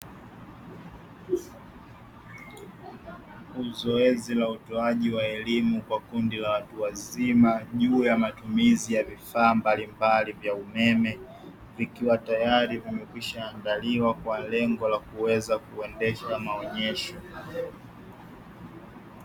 Zoezi la utoaji wa elimu kwa kundi la watu wazima juu ya matumizi ya vifaa mbalimbali vya umeme, vikiwa tayari vimekwisha andaliwa kwa lengo la kueza kuendesha maonyesho.